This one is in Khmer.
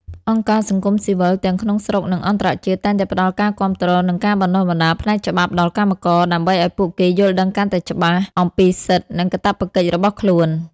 អង្គការសង្គមស៊ីវិលទាំងក្នុងស្រុក និងអន្តរជាតិ តែងតែផ្តល់ការគាំទ្រ និងការបណ្តុះបណ្តាលផ្នែកច្បាប់ដល់កម្មករ ដើម្បីឱ្យពួកគេយល់ដឹងកាន់តែច្បាស់អំពីសិទ្ធិ និងកាតព្វកិច្ចរបស់ខ្លួន។